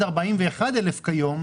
41,000 כיום,